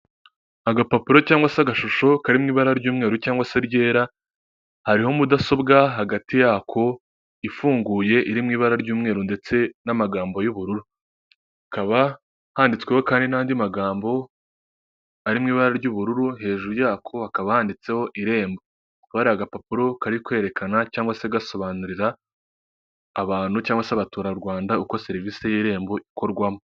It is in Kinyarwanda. Agapapuro cyangwa se agashusho kari mu ibara ry'umweru cyangwa se ryera hariho mudasobwa hagati yako ifunguye iri mu ibara ry'umweru ndetse n'amagambo y'ubururu hakaba handitsweho kandi n'andi magambo arimo ibara ry'ubururu hejuru yako hakaba handitseho irembo akaba ari apapuro kari kwerekana cyangwa se gasobanurira abantu cyangwa se abaturarwanda uko serivisi y'irembo ikorwamo.